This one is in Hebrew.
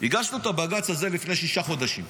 הגשנו את הבג"ץ הזה לפני שישה חודשים.